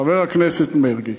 חבר הכנסת מרגי: